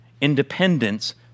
independence